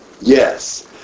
Yes